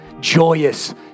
joyous